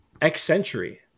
X-Century